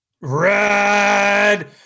Red